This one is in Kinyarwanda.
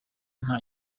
nta